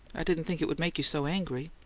i didn't think it would make you so angry.